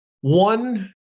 one